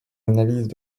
analyses